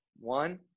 One